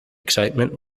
excitement